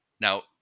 Now